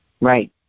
Right